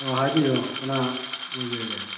ꯑꯣ ꯍꯥꯏꯕꯤꯎ ꯀꯅꯥ ꯑꯣꯏꯕꯤꯔꯒꯦ